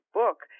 book